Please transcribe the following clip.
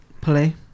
play